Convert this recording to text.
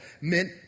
meant